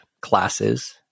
classes